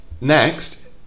next